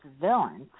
Villains